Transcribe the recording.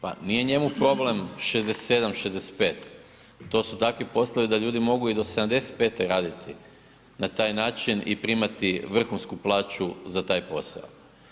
Pa nije njemu problemu 67, 65, to su takvi poslovi da ljudi mogu i 75 raditi na taj način i primati vrhunsku plaću za taj posao.